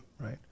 Right